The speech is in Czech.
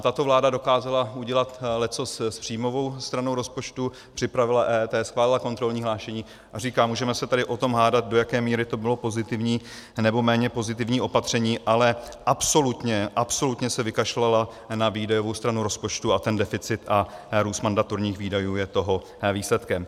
Tato vláda dokázala udělat leccos s příjmovou stranou rozpočtu, připravila EET, schválila kontrolní hlášení a říkám, můžeme se tady o tom hádat, do jaké míry to bylo pozitivní nebo méně pozitivní opatření , ale absolutně, absolutně se vykašlala na výdajovou stranu rozpočtu a ten deficit a růst mandatorních výdajů je toho výsledkem.